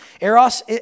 Eros